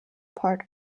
part